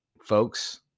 folks